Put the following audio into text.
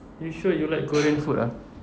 you sure you like korean food ah